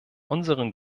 unseren